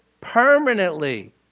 permanently